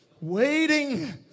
waiting